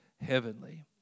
heavenly